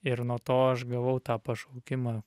ir nuo to aš gavau tą pašaukimą